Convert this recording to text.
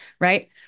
Right